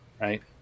right